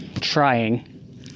trying